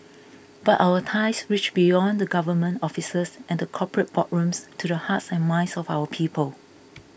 but our ties reach beyond the government offices and the corporate boardrooms to the hearts and minds of our people